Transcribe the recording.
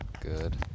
Good